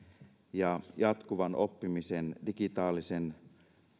ja jatkuvan oppimisen digitaalisen